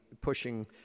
pushing